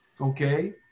Okay